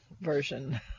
version